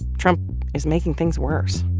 trump is making things worse